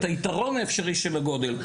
את היתרון האפשרי של הגודל.